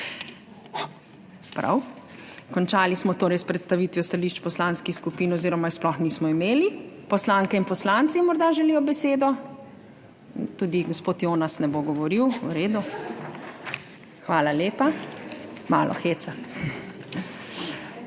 Prav. Končali smo torej s predstavitvijo stališč poslanskih skupin oziroma je sploh nismo imeli. Morda poslanke in poslanci želijo besedo? Tudi gospod Jonas ne bo govoril, v redu. Hvala lepa. Malo heca.